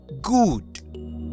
good